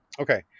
okay